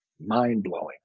mind-blowing